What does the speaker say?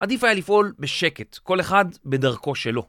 עדיף היה לפעול בשקט, כל אחד בדרכו שלו.